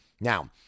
Now